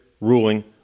ruling